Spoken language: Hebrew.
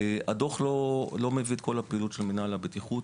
הדוח לא מביא את כל הפעילות של מינהל הבטיחות.